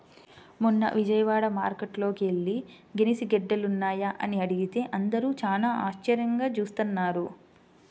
మొన్న విజయవాడ మార్కేట్టుకి యెల్లి గెనిసిగెడ్డలున్నాయా అని అడిగితే అందరూ చానా ఆశ్చర్యంగా జూత్తన్నారు